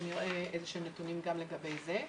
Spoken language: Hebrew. אנחנו נראה נתונים גם לגבי זה.